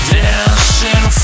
dancing